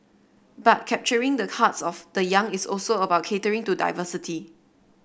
but capturing the hearts of the young is also about catering to diversity